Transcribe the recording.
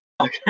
Okay